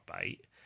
bait